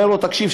ואומר: תקשיב,